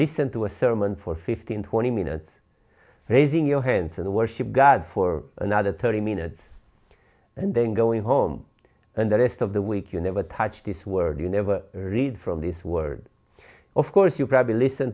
listen to a sermon for fifteen twenty minutes raising your hands and worship god for another thirty minutes and then going home and the rest of the week you never touch this word you never read from this word of course you probably listen